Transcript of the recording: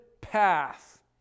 path